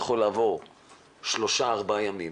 יכולים לעבור שלושה-ארבע הימים.